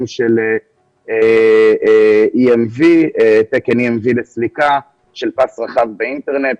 של תקן EMV לסליקה של פס רחב באינטרנט,